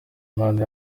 imana